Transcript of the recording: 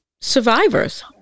survivors